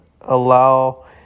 allow